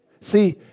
See